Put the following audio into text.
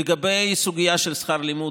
לגבי הסוגיה של שכר לימוד,